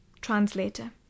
TRANSLATOR